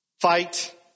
fight